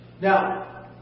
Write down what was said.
Now